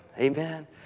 Amen